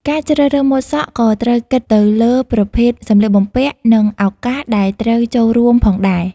ការជ្រើសរើសម៉ូតសក់ក៏ត្រូវគិតទៅលើប្រភេទសម្លៀកបំពាក់ និងឱកាសដែលត្រូវចូលរួមផងដែរ។